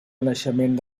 naixement